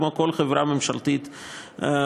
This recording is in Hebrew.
כמו שכל חברה ממשלתית פועלת.